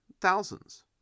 thousands